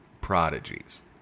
prodigies